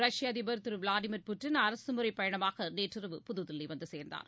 ரஷ்ய அதிபர் திருவிளாடிமீர் புட்டின் அரசுமுறைபயணமாகநேற்றிரவு புதுதில்லிவந்துசேர்ந்தார்